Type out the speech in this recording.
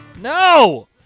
No